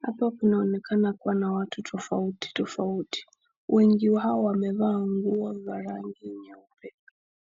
Hapa kunaonekana kuwa na watu tofautitofauti, wengi wao wamevaa nguo za rangi nyeu,